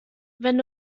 wenn